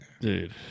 Dude